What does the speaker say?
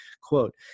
Quote